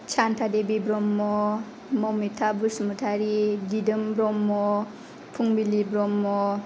Shantadebi Brahma Mamita Basumatary Didom Brahma Phungbili Brahma